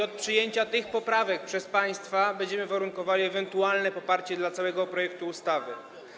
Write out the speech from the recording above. Od przyjęcia tych poprawek przez państwa będzie zależało ewentualne poparcie dla całego projektu ustawy.